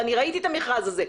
אני ראיתי את המכרז הזה,